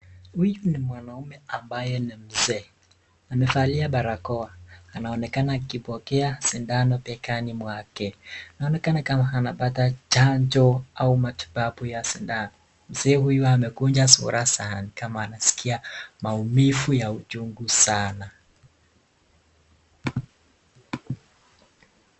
Huyu ni mwanaume ambaye ni mzee, amevalia barakoa, anaonekana akipokea sindano begani mwake, inaonekana kama anapata chanjo au matibabu ya sindano, mzee huyu amekunja sura sana ni kama anaskia maumivu ya uchungu sana.